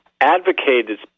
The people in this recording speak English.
advocated